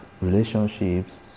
relationships